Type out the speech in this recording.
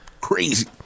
Crazy